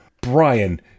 Brian